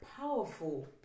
powerful